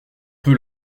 peu